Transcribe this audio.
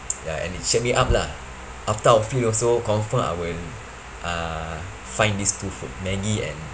ya and it cheered me up lah after outfield also confirm I will uh find these two food maggi and